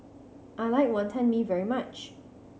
I like Wonton Mee very much